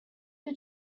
you